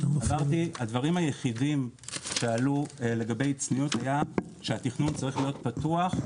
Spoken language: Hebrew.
עברתי והדברים היחידים שעלו לגבי צניעות היה שהתכנון צריך להיות פתוח,